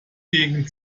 gegen